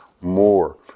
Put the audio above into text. more